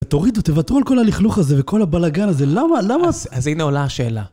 תורידו, תוותרו על כל הלכלוך הזה, וכל הבלגן הזה, למה, למה... אז הנה עולה השאלה.